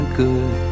good